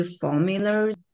formulas